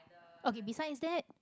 okay besides that